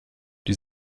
die